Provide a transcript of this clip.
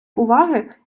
уваги